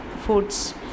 foods